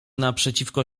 naprzeciwko